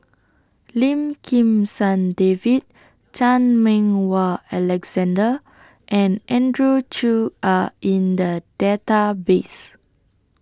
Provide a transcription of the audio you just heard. Lim Kim San David Chan Meng Wah Alexander and Andrew Chew Are in The Database